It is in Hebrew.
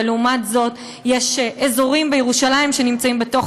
ולעומת זאת יש אזורים בירושלים שנמצאים בתוך